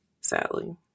Sadly